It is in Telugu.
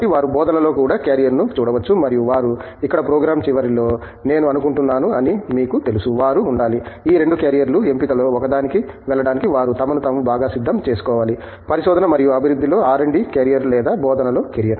కాబట్టి వారు బోధనలో కూడా క్యారియర్ను చూడవచ్చు మరియు వారు ఇక్కడ ప్రోగ్రామ్ చివరిలో నేను అనుకుంటున్నాను అని మీకు తెలుసు వారు ఉండాలి ఈ 2 క్యారియర్ ఎంపికలలో ఒకదానికి వెళ్ళడానికి వారు తమను తాము బాగా సిద్ధం చేసుకోవాలి పరిశోధన మరియు అభివృద్ధిలోఆర్ డి క్యారియర్ లేదా బోధనలో క్యారియర్